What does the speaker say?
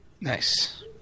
Nice